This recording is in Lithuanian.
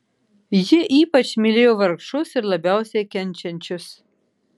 ji ypač mylėjo vargšus ir labiausiai kenčiančius